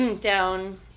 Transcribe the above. down